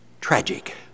tragic